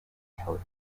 towed